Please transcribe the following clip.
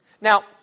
Now